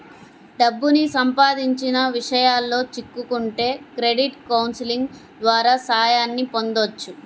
డబ్బుకి సంబంధించిన విషయాల్లో చిక్కుకుంటే క్రెడిట్ కౌన్సిలింగ్ ద్వారా సాయాన్ని పొందొచ్చు